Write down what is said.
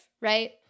right